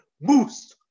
moose